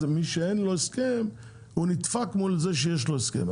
מי שאין לו הסכם נדפק לעומת זה שיש לו הסכם.